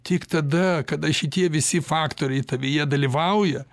tik tada kada šitie visi faktoriai tavyje dalyvauja